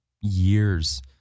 years